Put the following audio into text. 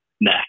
Nah